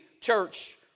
church